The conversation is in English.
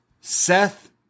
Seth